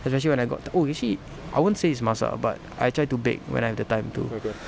especially when I got ti~ oh actually I won't say it's masak but I try to bake when I have the time to